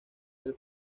del